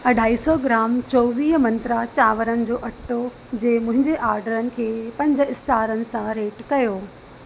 अढाई सौ ग्राम चोवीह मंत्रा चांवरनि जो अट्टो जे मुंहिंजे ऑडरनि खे पंज स्टारनि सां रेट कयो